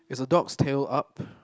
the dog's tail up